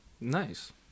Nice